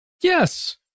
yes